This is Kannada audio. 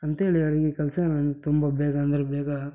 ಅಂತೇಳಿ ಅಡಿಗೆ ಕೆಲಸ ನನ್ಗೆ ತುಂಬ ಬೇಗ ಅಂದರೆ ಬೇಗ